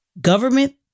government